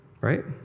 Right